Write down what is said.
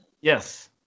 Yes